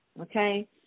okay